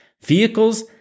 Vehicles